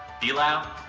b-lab,